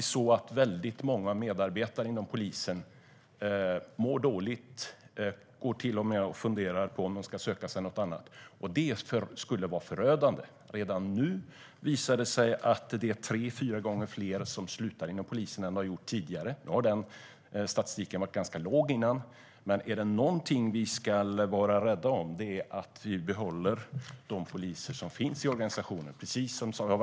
Väldigt många medarbetare inom polisen mår dåligt och funderar till och med på att söka annat jobb. Det skulle vara förödande. Redan nu är det tre fyra gånger fler poliser än tidigare som slutar. Den siffran har tidigare varit ganska låg, men är det något vi ska vara rädda om så är det de poliser som finns i organisationen. Dem måste vi behålla.